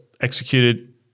executed